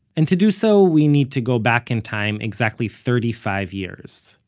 and to do so, we need to go back in time exactly thirty-five years,